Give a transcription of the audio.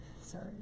Sorry